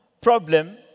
problem